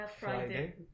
Friday